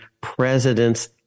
presidents